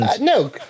no